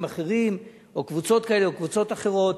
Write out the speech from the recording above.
אחרים או קבוצות כאלה או קבוצות אחרות.